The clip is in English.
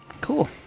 Cool